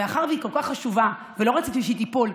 מאחר שהיא כל כך חשובה ולא רציתי שהיא תיפול,